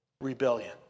rebellion